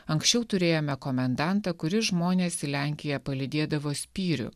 anksčiau turėjome komendantą kuris žmones į lenkiją palydėdavo spyriu